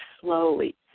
slowly